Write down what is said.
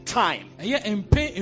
time